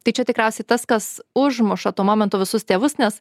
tai čia tikriausiai tas kas užmuša tuo momentu visus tėvus nes